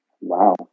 Wow